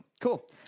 Cool